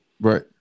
Right